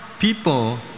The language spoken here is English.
People